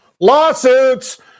Lawsuits